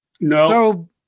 No